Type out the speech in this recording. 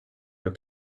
your